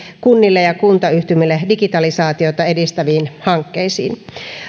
kunnille ja kuntayhtymille digitalisaatiota edistäviin hankkeisiin